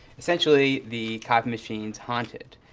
essentially, the copy machine is haunted.